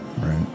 Right